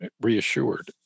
reassured